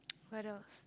what else